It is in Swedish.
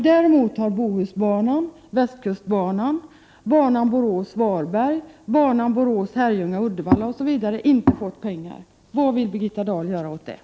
Däremot har Bohusbanan, västkustbanan, banan Borås-Varberg samt banan Borås-Herrljunga-Uddevalla inte fått några pengar. Vad vill Birgitta Dahl göra åt detta?